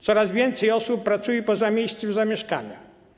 Coraz więcej osób pracuje poza miejscem zamieszkania.